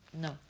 No